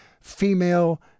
female